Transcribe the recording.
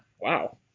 wow